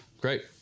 Great